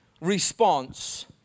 response